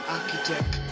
Architect